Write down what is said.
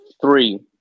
three